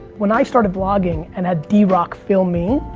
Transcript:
when i started vlogging and had drock film me,